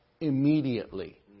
immediately